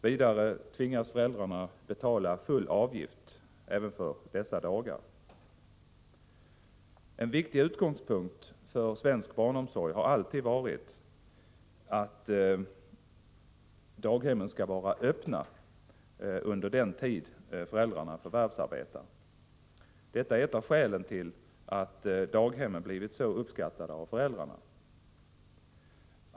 Vidare tvingas föräldrarna betala full daghemsavgift även för dessa dagar. En viktig utgångspunkt för svensk barnomsorg har alltid varit att daghemmen skall vara öppna under den tid föräldrarna förvärvsarbetar. Detta är ett av skälen till att daghemmen blivit så uppskattade av föräldrarna.